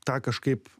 tą kažkaip